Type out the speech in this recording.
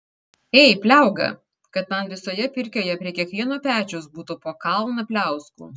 ei pliauga kad man visoje pirkioje prie kiekvieno pečiaus būtų po kalną pliauskų